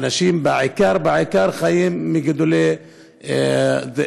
האנשים בעיקר בעיקר חיים מגידול בהמות.